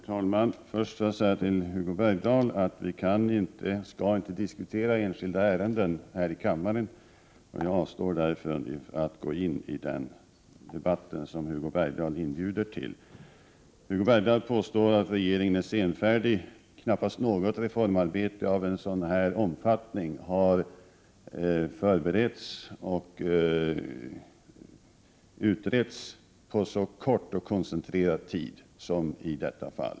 Herr talman! Först vill jag säga till Hugo Bergdahl att vi här i kammaren inte skall diskutera enskilda ärenden. Jag avstår därför från att gå in i den debatt som Hugo Bergdahl inbjuder till. Hugo Bergdahl påstår att regeringen är senfärdig. Knappast något reformarbete av sådan här omfattning har utretts och förberetts så koncentrerat och på så kort tid som detta.